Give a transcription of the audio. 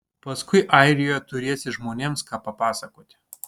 paskui airijoje turėsi žmonėms ką papasakoti